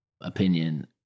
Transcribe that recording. opinion